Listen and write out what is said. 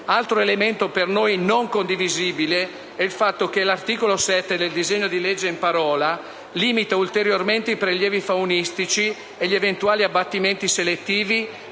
Altro elemento per noi non condivisibile è il fatto che l'articolo 7 del disegno di legge in parola limita ulteriormente i prelievi faunistici e gli eventuali abbattimenti selettivi,